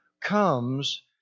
comes